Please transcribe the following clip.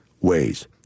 ways